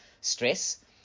stress